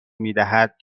میدهد